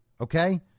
okay